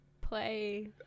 play